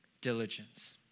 diligence